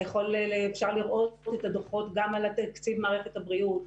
אפשר לראות את הדוחות גם על תקציב מערכת הבריאות,